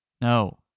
No